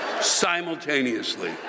simultaneously